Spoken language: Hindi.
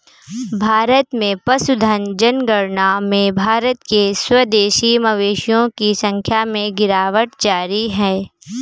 भारत में पशुधन जनगणना में भारत के स्वदेशी मवेशियों की संख्या में गिरावट जारी है